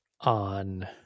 on